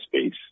space